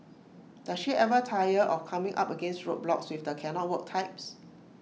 does she ever tire of coming up against roadblocks with the cannot work types